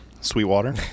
Sweetwater